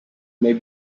may